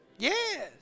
Yes